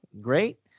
Great